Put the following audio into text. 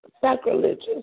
sacrilegious